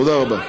תודה רבה.